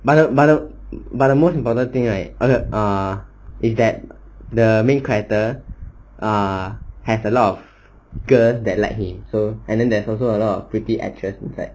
but the but the but the most important thing right are the err is that the main character err has a lot of girls that like him so and then there is also a lot of pretty actress like